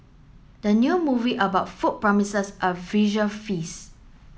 the new movie about food promises a visual feast